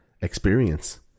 experience